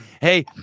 Hey